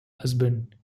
husband